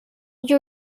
you